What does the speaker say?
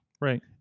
Right